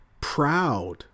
proud